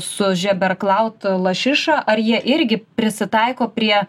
sužeberklaut lašišą ar jie irgi prisitaiko prie